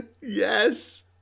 yes